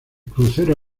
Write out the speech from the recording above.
crucero